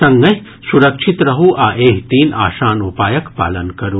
संगहि सुरक्षित रहू आ एहि तीन आसान उपायक पालन करू